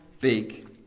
big